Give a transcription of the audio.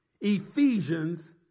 Ephesians